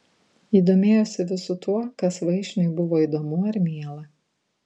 ji domėjosi visu tuo kas vaišniui buvo įdomu ar miela